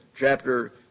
Chapter